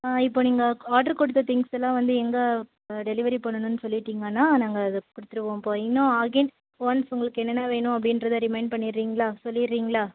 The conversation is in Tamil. ஆ இப்போ நீங்கள் ஆட்ரு கொடுத்த திங்க்ஸ் எல்லாம் வந்து எங்கே டெலிவரி பண்ணணும்னு சொல்லிட்டீங்கன்னால் நாங்கள் அதை கொடுத்துருவோம்ப்பா இன்னும் அகைன் ஒன்ஸ் உங்களுக்கு என்னென்ன வேணும் அப்படின்றத ரிமைண்ட் பண்ணிடுறிங்களா சொல்லிடுறிங்களா